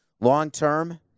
Long-term